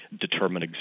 determine